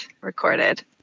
recorded